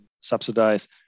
subsidize